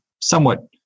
somewhat